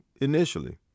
initially